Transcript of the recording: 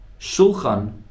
Shulchan